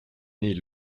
née